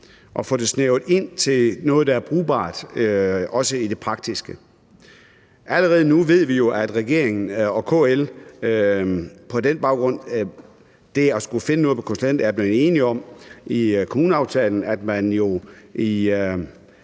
og får det snævret ind til noget, der er brugbart, også i det praktiske. Allerede nu ved vi jo, at regeringen og KL på den baggrund er blevet enige om at skulle finde noget på konsulenter. I kommuneaftalen skal man jo i